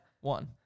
one